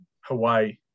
hawaii